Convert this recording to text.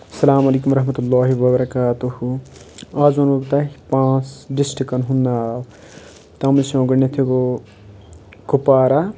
السلام علیکم ورحمَتُہ اللہ وبرکاتہُ آز ونو بہٕ تۄہہِ پانٛژھ ڈِسٹرٛکن ہُنٛد ناو تَتھ منٛز چھُ یِوان گۄڈنٮ۪تھٕے ہوٗ کُپوارہ